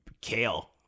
Kale